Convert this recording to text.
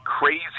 crazy